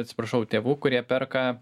atsiprašau tėvų kurie perka